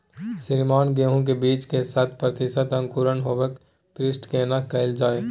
श्रीमान गेहूं के बीज के शत प्रतिसत अंकुरण होबाक पुष्टि केना कैल जाय?